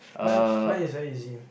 mine mine is very easy